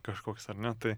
kažkoks ar ne tai